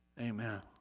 Amen